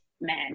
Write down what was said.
man